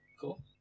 Cool